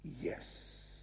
yes